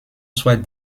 soit